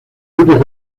antes